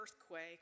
earthquake